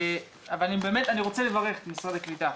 אני רוצה לברך את משרד הקליטה.